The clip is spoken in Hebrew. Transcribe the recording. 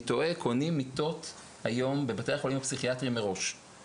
טועה בבתי החולים הפסיכיאטריים היום קונים מיטות מראש,